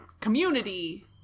community